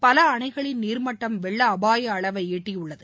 பல அணைகளின் நீர்மட்டம் வெள்ள அபாய அளவை எட்டியுள்ளது